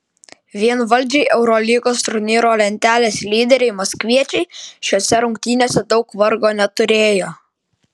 vienvaldžiai eurolygos turnyro lentelės lyderiai maskviečiai šiose rungtynėse daug vargo neturėjo